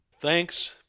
Thanks